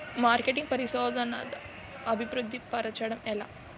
marketing పరిశోధనదా అభివృద్ధి పరచడం ఎలా